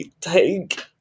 take